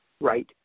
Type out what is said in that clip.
right